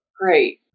Great